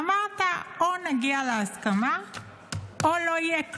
אמרת: או נגיע להסכמה או לא יהיה כלום.